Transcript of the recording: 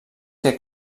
que